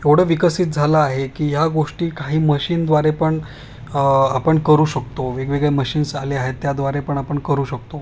एवढं विकसित झालं आहे की या गोष्टी काही मशीनद्वारे पण आपण करू शकतो वेगवेगळे मशीन्स आले आहेत त्याद्वारे पण आपण करू शकतो